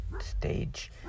stage